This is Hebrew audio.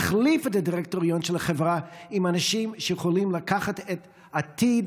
להחליף את הדירקטוריון של החברה באנשים שיכולים לקחת את העתיד